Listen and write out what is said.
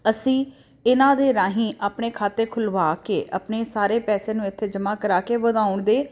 ਅਸੀਂ ਇਹਨਾਂ ਦੇ ਰਾਹੀਂ ਆਪਣੇ ਖਾਤੇ ਖੁਲਵਾ ਕੇ ਆਪਣੇ ਸਾਰੇ ਪੈਸੇ ਨੂੰ ਇੱਥੇ ਜਮ੍ਹਾਂ ਕਰਵਾ ਕੇ ਵਧਾਉਣ ਦੇ